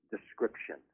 description